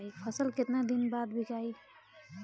फसल केतना दिन बाद विकाई?